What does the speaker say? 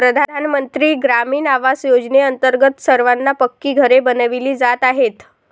प्रधानमंत्री ग्रामीण आवास योजनेअंतर्गत सर्वांना पक्की घरे बनविली जात आहेत